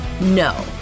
No